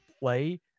play